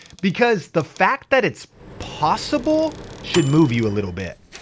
because the fact that it's possible should move you a little bit.